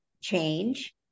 change